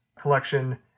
collection